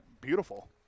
beautiful